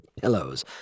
pillows